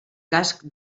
casc